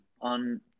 on